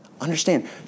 understand